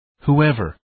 Whoever